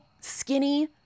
skinny